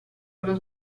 allo